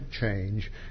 change